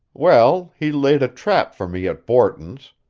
well, he laid a trap for me at borton's,